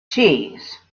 cheese